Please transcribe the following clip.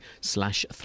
slash